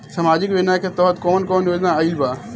सामाजिक योजना के तहत कवन कवन योजना आइल बा?